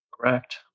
correct